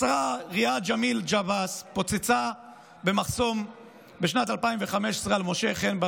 בשנת 2015 אסראא ריאד ג'מיל ג'עבאס פוצצה בלוני גז במחסום על משה חן,